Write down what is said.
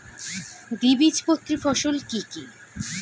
দ্বিবীজপত্রী ফসল কি কি?